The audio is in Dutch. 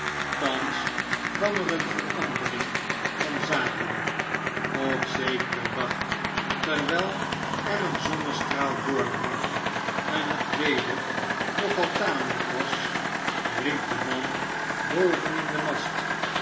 thans kwam er een verandering van zaken op zekeren dag terwgl er een zonnestraal doorbrak en het weder nogal tamely k was riep de man boven in den mast